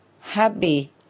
happy